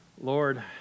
Lord